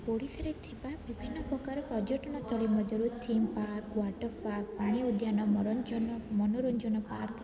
ଓଡ଼ିଶାରେ ଥିବା ବିଭିନ୍ନ ପ୍ରକାର ପର୍ଯ୍ୟଟନସ୍ଥଳୀ ମଧ୍ୟରୁ ଥିମ୍ ପାର୍କ ୱାଟର୍ ପାର୍କ ପାଣି ଉଦ୍ୟାନ ମନୋରଞ୍ଜନ ମନୋରଞ୍ଜନ ପାର୍କ